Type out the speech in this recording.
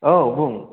औ बुं